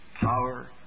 power